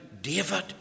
David